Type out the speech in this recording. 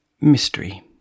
Mystery